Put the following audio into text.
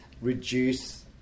reduce